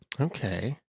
Okay